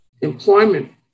employment